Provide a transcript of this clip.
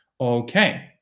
Okay